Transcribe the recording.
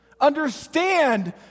Understand